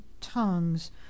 tongues